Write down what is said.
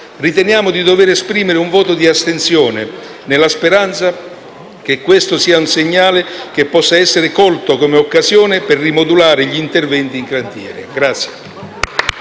riteniamo di dover esprimere un voto di astensione, nella speranza che questo segnale possa essere colto come occasione per rimodulare gli interventi in cantiere.